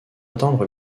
attendre